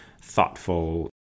thoughtful